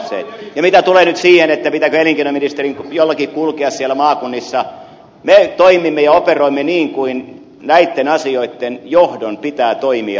ja mitä tulee nyt siihen pitääkö elinkeinoministerin kulkea siellä maakunnissa me toimimme ja operoimme niin kuin näitten asioitten johdon pitää toimia